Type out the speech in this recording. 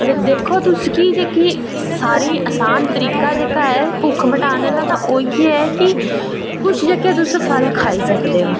ते दिक्खो तुस कि जेह्की सारें कशा आसान तरीका ऐ भुक्ख मिटाने दा ते ओह् इ'यै कि कुछ जेह्के तुस फल जेह्के खाई सकदे ओ